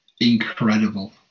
Incredible